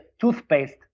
toothpaste